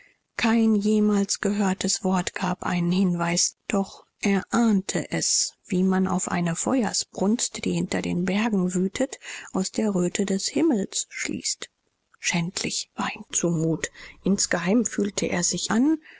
kein jemals gehörtes wort gab einen hinweis doch er ahnte es wie man auf eine feuersbrunst die hinter den bergen wütet aus der röte des himmels schließt schändlich war ihm zumut insgeheim fühlte er sich an